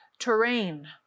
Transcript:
terrain